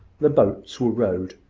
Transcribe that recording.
the boats were rowed.